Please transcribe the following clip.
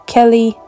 Kelly